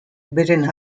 beren